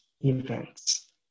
events